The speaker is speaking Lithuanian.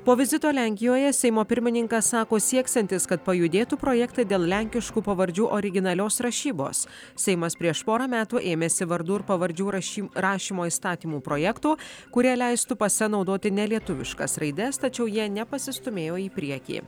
po vizito lenkijoje seimo pirmininkas sako sieksiantis kad pajudėtų projektai dėl lenkiškų pavardžių originalios rašybos seimas prieš porą metų ėmėsi vardų ir pavardžių raš rašymo įstatymų projektų kurie leistų pase naudoti nelietuviškas raides tačiau jie nepasistūmėjo į priekį